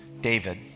David